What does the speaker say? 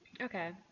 Okay